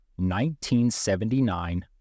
1979